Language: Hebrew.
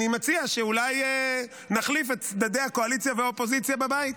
אני מציע שאולי נחליף את צדדי הקואליציה והאופוזיציה בבית.